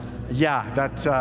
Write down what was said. yeah, that